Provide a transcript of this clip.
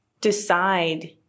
decide